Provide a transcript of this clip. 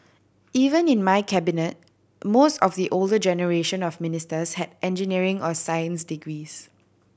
even in my Cabinet most of the older generation of ministers had engineering or science degrees